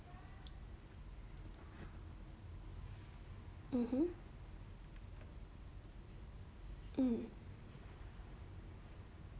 mmhmm hmm